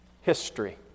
history